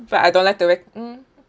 but I don't like to wake mm